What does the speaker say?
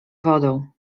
wodą